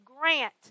grant